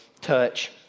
Touch